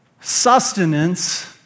sustenance